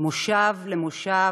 מושב במושב,